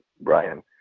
Brian